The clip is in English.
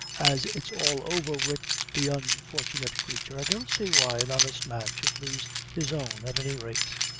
as it's all over wid the unfortunate crature, i don't see why an honest man should lose his own, at any rate.